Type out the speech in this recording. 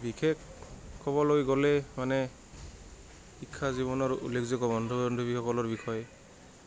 বিশেষ ক'বলৈ গ'লে মানে শিক্ষা জীৱনৰ উল্লেখযোগ্য বন্ধু বান্ধৱীসকলৰ বিষয়ে